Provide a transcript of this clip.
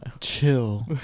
Chill